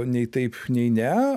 nei taip nei ne